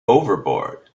overboard